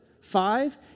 Five